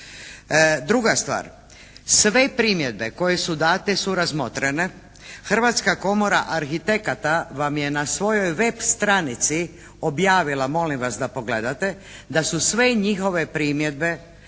Druga stvar. Sve primjedbe koje su date su razmotrene. Hrvatska komora arhitekata vam je na svojoj web stranici objavila, molim vas da pogledate da su sve njihove primjedbe